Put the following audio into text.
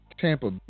Tampa